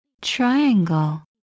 Triangle